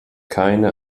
keine